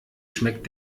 schmeckt